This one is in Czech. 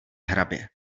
hrabě